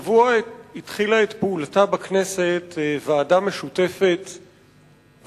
השבוע התחילה את פעולתה בכנסת ועדה של כנסת,